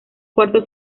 cuarto